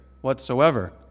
whatsoever